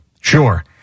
Sure